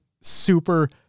super